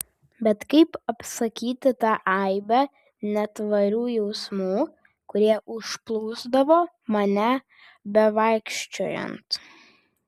bet kaip apsakyti tą aibę netvarių jausmų kurie užplūsdavo mane bevaikščiojant